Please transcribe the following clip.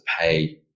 pay